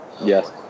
Yes